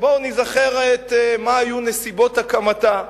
שבואו ניזכר מה היו נסיבות הקמתה.